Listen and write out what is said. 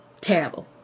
terrible